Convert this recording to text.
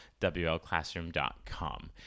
wlclassroom.com